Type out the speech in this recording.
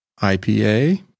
IPA